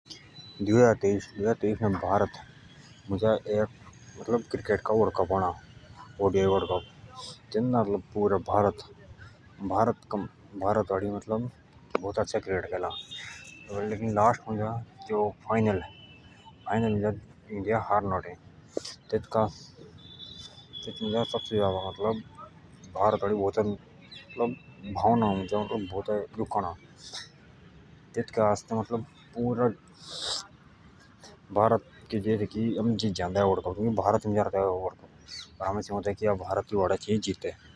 दुई हजार तेईश मुझ भारत दा वनडे विश्व कप अणा तेन्दा भारत वाडी बोउता आच्छा क्रिकेट खेला लेकिन लास्ट फाइनल मुझ इंडिया हारे नटे भारतक उमिद ति कि आम जित जान्दे पर हारे नटअ भारत वाडे बोउतेइ दुखी अः सब चाअः ते कि भारत वाडे जीतदे।